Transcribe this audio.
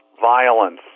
violence